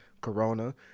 corona